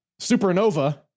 Supernova